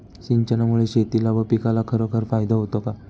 सिंचनामुळे शेतीला व पिकाला खरोखर फायदा होतो का?